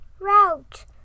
Route